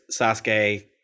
Sasuke